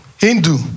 Hindu